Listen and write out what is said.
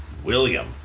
William